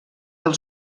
del